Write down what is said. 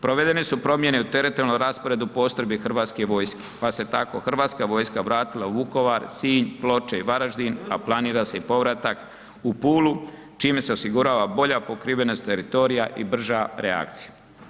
Provedene su promjene i u teritorijalnom rasporedu postrojbi Hrvatske vojske, pa se tako Hrvatska vojska vratila u Vukovar, Sinj, Ploče i Varaždin, a planira se i povratak u Pulu, čime se osigurava bolja pokrivenost teritorija i brža reakcija.